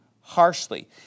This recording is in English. harshly